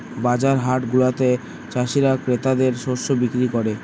বাজার হাটগুলাতে চাষীরা ক্রেতাদের শস্য বিক্রি করে